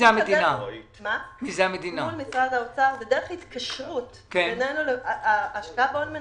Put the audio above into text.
שיטת הון מניות זה דרך ההתקשרות בינינו לבין